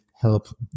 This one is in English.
help